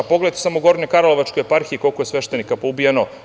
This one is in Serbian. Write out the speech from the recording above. Pogledajte samo u Gornjekarlovačkoj eparhiji koliko je sveštenika poubijano.